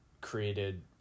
created